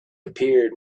appeared